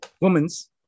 Womans